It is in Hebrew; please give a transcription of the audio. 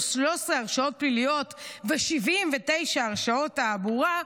13 הרשעות פליליות ו-79 הרשעות תעבורה,